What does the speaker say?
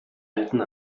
alten